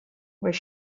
where